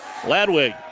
Ladwig